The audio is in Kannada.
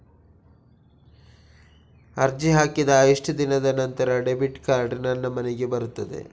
ಅರ್ಜಿ ಹಾಕಿದ ಎಷ್ಟು ದಿನದ ನಂತರ ಡೆಬಿಟ್ ಕಾರ್ಡ್ ನನ್ನ ಮನೆಗೆ ಬರುತ್ತದೆ?